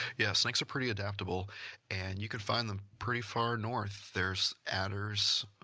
yeah snakes are pretty adaptable and you could find them pretty far north. there's adders,